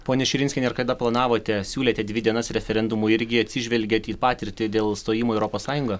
ponia širinskiene ar kada planavote siūlėte dvi dienas referendumui irgi atsižvelgiat į patirtį dėl stojimo į europos sąjungą